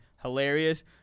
hilarious